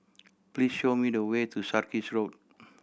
please show me the way to Sarkies Road